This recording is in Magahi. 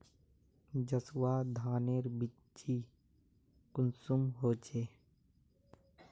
जसवा धानेर बिच्ची कुंसम होचए?